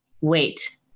wait